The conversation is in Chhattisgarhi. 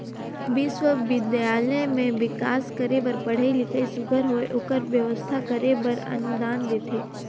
बिस्वबिद्यालय में बिकास करे बर पढ़ई लिखई सुग्घर होए ओकर बेवस्था करे बर अनुदान देथे